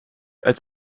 als